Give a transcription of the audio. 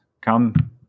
come